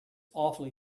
awfully